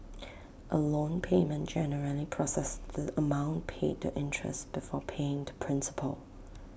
A loan payment generally processes the amount paid to interest before paying to principal